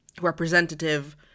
representative